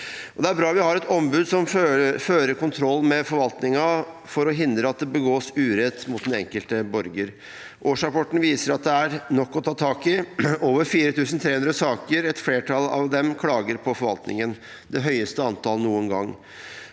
Det er bra vi har et ombud som fører kontroll med forvaltningen for å hindre at det begås urett mot den enkelte borger. Årsrapporten viser at det er nok å ta tak i: over 4 300 saker, et flertall av dem klager på forvaltningen. Det er det høyeste antall noen gang.